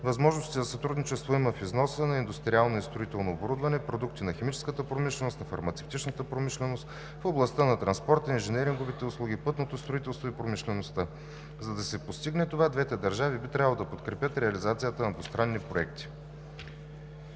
Възможности за сътрудничество има в износа на индустриално и строително оборудване, продукти на химическата промишленост, на фармацевтичната промишленост, в областта на транспорта, инженеринговите услуги, пътното строителство и промишлеността. За да се постигне това, двете държави би трябвало да подкрепят реализацията на двустранни проекти.